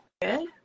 Good